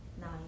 nine